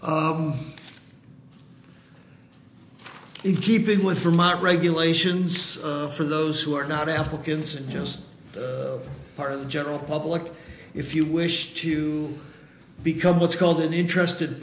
or if keeping with vermont regulations for those who are not africans just part of the general public if you wish to become what's called an interested